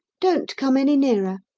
don't come any nearer.